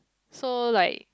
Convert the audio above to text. so like